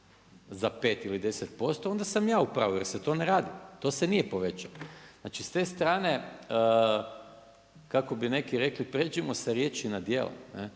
za 5 ili 10% onda sam ja u pravu jer se to ne radi, to se nije povećalo. Znači s te strane kako bi neki rekli, prijeđimo sa riječi na djela,